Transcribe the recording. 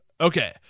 Okay